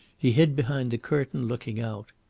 he hid behind the curtain, looking out.